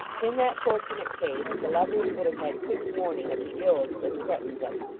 in that fortunate case, the lovers would have had quick warning of the ills that threatened them,